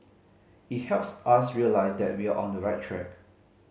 it helps us realise that we're on the right track